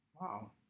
Wow